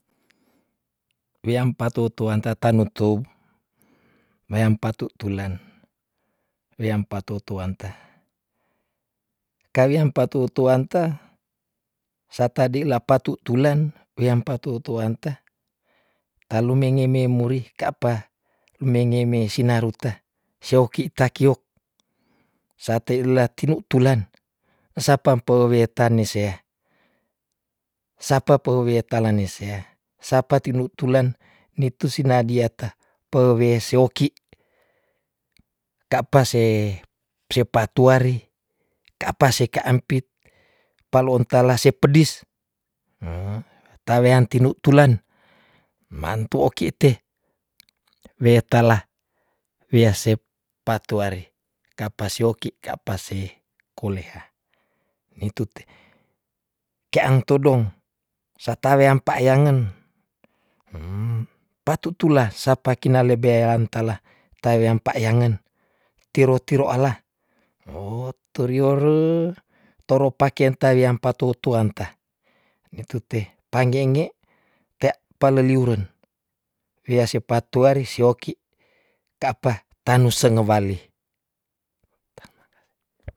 Weam pa tu tuanta- tanutou meam patu tulen, weam pa tu tuanta kaweam pa tu tuanta satadi lapatu tulen weam pa tu tuanta talu mengeme muri kapa mengeme sinaru ta sioki takiok sateila tinutulan ensapa empe wetan nesea- sapa pe weta lanesea sapa tinutulan nitu sinadiata pewe sioki, kapa se- sepatuari kapa se ka ampit pa lonta lase pedis ta wean tinutulan ma antu oki te, weta la weasep- patuari kapa sioki kapa se kuleha nitute keang todong sata weampa yangen pa tu tula sapa kina lebean tala ta weam pa yangen tiro tiro ala "oh" torio re toro paken tawiam pa tu tuanta ni tute panggenge tea paleliuren wea sepatuari sioki kapa tanu sengewali.